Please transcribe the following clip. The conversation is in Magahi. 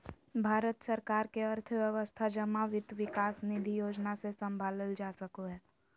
भारत सरकार के अर्थव्यवस्था जमा वित्त विकास निधि योजना से सम्भालल जा सको हय